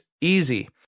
easy